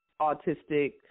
autistic